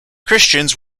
christians